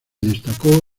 destacó